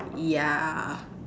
ya